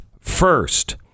first